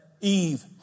Eve